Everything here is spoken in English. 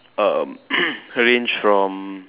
um arrange from